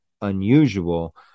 unusual